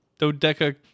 dodeca